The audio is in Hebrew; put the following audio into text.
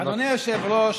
אדוני היושב-ראש,